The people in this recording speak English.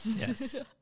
yes